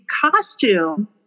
costume